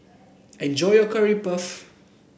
enjoy your Curry Puff